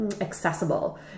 accessible